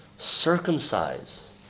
circumcise